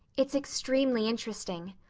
it's extremely interesting,